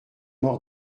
maur